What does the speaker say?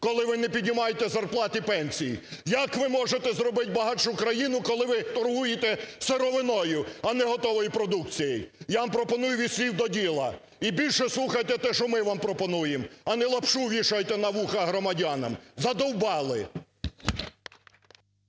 коли ви не піднімаєте зарплати і пенсії? Як ви можете зробити багатшу країну, коли ви торгуєте сировиною, а не готовою продукцією? Я вам пропоную від слів до діла, і більше слухайте те, що ми вам пропонуємо, а нелапшу вішайте на вуха громадянам. Задовбали!